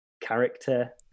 character